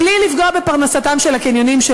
בלי לפגוע בפרנסתם של הקניונים,